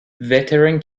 veteran